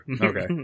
Okay